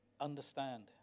understand